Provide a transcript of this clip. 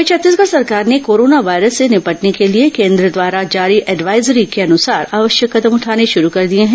वहीं छत्तीसगढ़ सरकार ने कोरोना वायरस से निपटने के लिए कोन्द्र द्वारा जारी एडवायजरी के अनुसार आवश्यक कदम उठाने शुरू कर दिए हैं